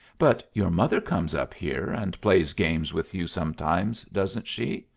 but your mother comes up here and plays games with you sometimes, doesn't she?